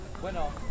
Bueno